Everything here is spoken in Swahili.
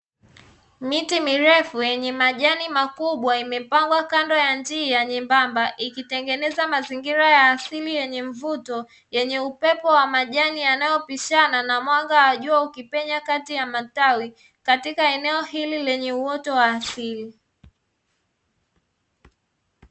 Miti mirefu yenye majani makubwa imepangwa kando ya njia nyembamba, ikitengeneza mazingira ya asili yenye mvuto yenye upepo wa majani yanayopishana na mwanga wa juu ukipenya katikati ya matawi, katika eneo hili lenye uoto wa asili.